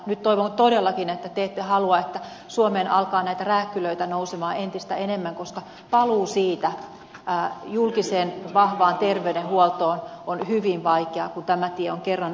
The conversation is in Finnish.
nyt toivon todellakin että te ette halua että suomeen alkaa näitä rääkkylöitä nousta entistä enemmän koska paluu siitä julkiseen vahvaan terveydenhuoltoon on hyvin vaikea kun tämä tie on kerran otettu